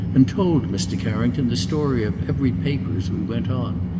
and told mr. carrington the story of every paper as we went on.